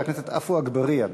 חבר הכנסת עפו אגבאריה.